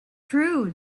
true